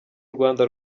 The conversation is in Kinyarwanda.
rwanda